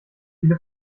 viele